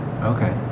Okay